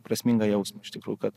prasmingą jausmą iš tikrųjų kad